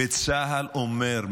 וצה"ל אומר,